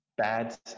bad